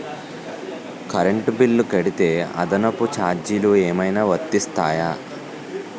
Current bill కడితే అదనపు ఛార్జీలు ఏమైనా వర్తిస్తాయా?